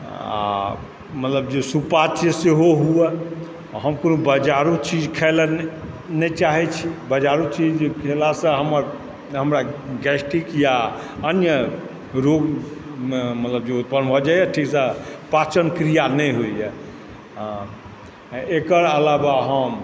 आ मतलब जे सुपाच्य सेहो हुअए हम कुनो बजारु चीज खायलऽ नहि चाहै छी बाजारू चीज खेलासँ हमर हमरा गैस्टिक या अन्य रोग मतलब जे उत्पन्न भऽ जाइए ठीकसँ पाचन क्रिया नहि होइए हँ एकर अलावा हम